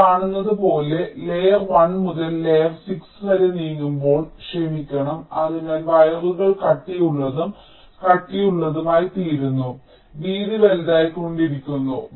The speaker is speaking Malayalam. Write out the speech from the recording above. നിങ്ങൾ കാണുന്നതുപോലെ നിങ്ങൾ ലെയർ 1 മുതൽ ലെയർ 6 വരെ നീങ്ങുമ്പോൾ ക്ഷമിക്കണം അതിനാൽ വയറുകൾ കട്ടിയുള്ളതും കട്ടിയുള്ളതുമായിത്തീരുന്നു വീതി വലുതായിക്കൊണ്ടിരിക്കുന്നു